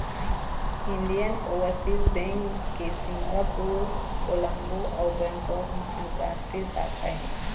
Indian Overseas Bank के Singapore, Colombo अउ Bangkok म अंतररास्टीय शाखा हे